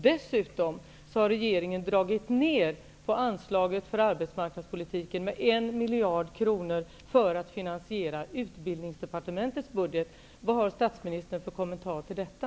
Dessutom har regeringen dragit ner anslaget på arbetsmarknadspolitikens område med en miljard kronor för att finansiera Utbildningsdepartementets budget. Vad har statsministern för kommentar till detta?